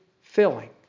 filling